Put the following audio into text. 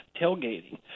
tailgating